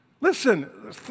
Listen